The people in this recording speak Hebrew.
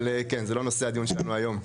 אבל כן, זה לא נושא הדיון שלנו היום.